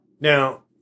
Now